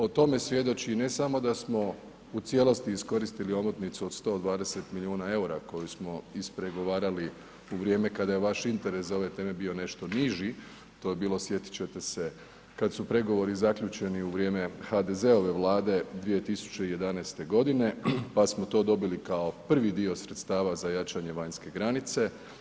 O tome svjedoči ne samo da smo u cijelosti iskoristili omotnicu od 120 milijuna EUR-a koju smo ispregovarali u vrijeme kada je vaš interes za ove teme bio nešto niži, to je bilo sjetit ćete se kad su pregovori zaključeni u vrijeme HDZ-ove Vlade 2011. godine, pa smo to dobili kao prvi dio sredstava za jačanje vanjske granice.